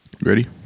Ready